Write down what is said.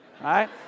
Right